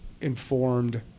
informed